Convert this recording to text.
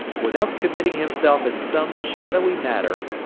without committing himself in some shadowy manner,